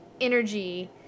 energy